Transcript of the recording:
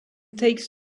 takes